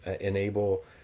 enable